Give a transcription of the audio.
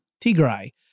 Tigray